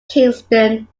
kingston